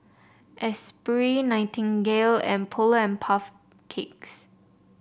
Esprit Nightingale and Polar and Puff Cakes